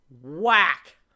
Whack